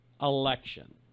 election